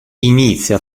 inizia